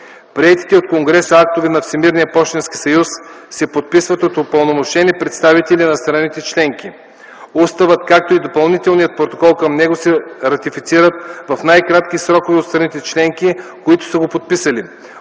Приетите от конгреса актове на Всемирния пощенски съюз се подписват от упълномощени представители на страните членки. Уставът, както и допълнителният протокол към него се ратифицират в най-кратки срокове от страните членки, които са го подписали.